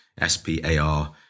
S-P-A-R